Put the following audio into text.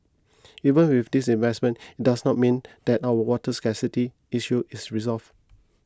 even with these investments it does not mean that our water scarcity issue is resolved